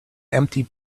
empty